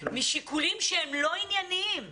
משיקולים שהם לא ענייניים?